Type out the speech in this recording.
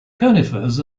conifers